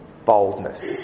boldness